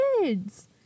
kids